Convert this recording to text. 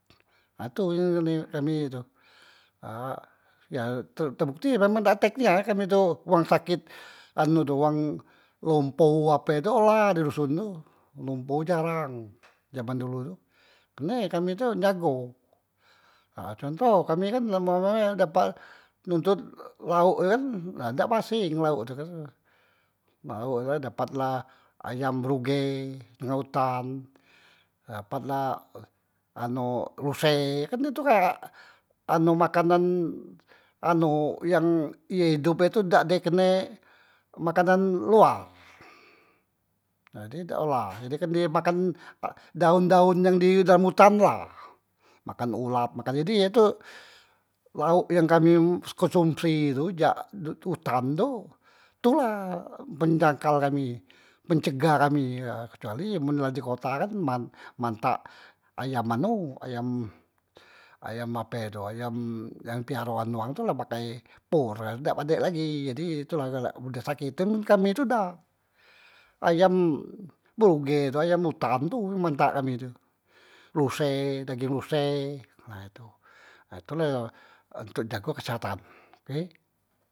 Ha tu yang kene kami tu ha ya ter tebukti emang dak atek nia kami tu uwang saket anu tu, wang lompoh ape tu olah lompoh jarang jaman dulu tu, kerne kamu tu jago, ha cantoh kami kan umpama e dapat nontot laok tu kan dak baseng laok tu kan, laok tu dapat la ayam bruge tengah utan, dapat la e anu ruse, kan tu kan anu makanan anu yang ye idup nye tu dak de kene makanan luar, nah jadi dak olah, ha jadi ye kan makan daon- daon yang di dalam utan tu la, makan ulat makan, jadi ye tu laok yang kami konsumsi tu jak utan tu tu la men jangkal kami, mencegah kami e kecuali la di kota kan man mantak ayam anu ayam ape tu ayam yang piaroan wang tu la pakai por jadi la dak padek lagi ye itu la mudah sakit, kan kami tu dah ayam bruge tu ayam utan tu mantak kami tu, ruse dageng ruse nah itu, nah tu la untok jago kesehatan oke.